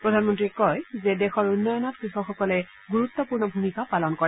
প্ৰধানমন্ত্ৰীয়ে কয় যে দেশৰ উন্নয়নত কৃষকসকলে গুৰুত্পূৰ্ণ ভূমিকা পালন কৰে